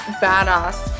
badass